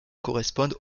correspondent